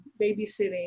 babysitting